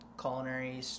culinary